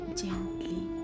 gently